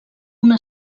una